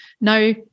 no